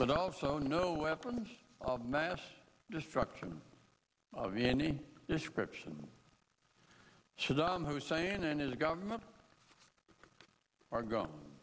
but also no weapons of mass destruction of the any description should hussein and his government are gone